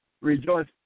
Rejoice